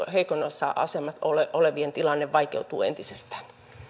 heikoimmassa asemassa olevien tilanne vaikeutuu entisestään